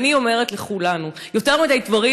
ואני אומרת לכולנו: יותר מדי דברים